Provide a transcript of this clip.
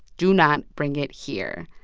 do not bring it here.